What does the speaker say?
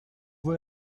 vous